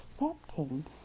accepting